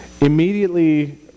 Immediately